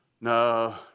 no